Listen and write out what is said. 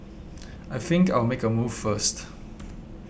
I think I'll make a move first